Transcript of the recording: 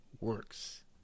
works